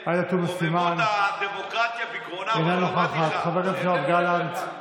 שהוא המועד הרגיל לקבלת חוק התקציב,